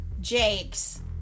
Jakes